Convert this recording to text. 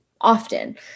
often